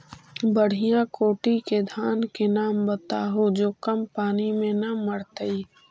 बढ़िया कोटि के धान के नाम बताहु जो कम पानी में न मरतइ?